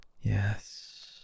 Yes